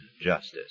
justice